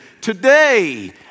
today